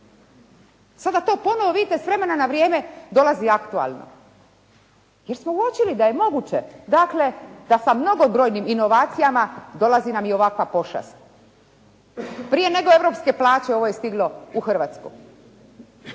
Sada to ponovo vidite s vremena na vrijeme dolazi aktualno. Jer smo uočili da je moguće, dakle da sa mnogobrojnim inovacijama dolazi nam i ovakva pošast. Prije nego europske plaće ovo je stiglo u Hrvatsku.